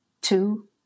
two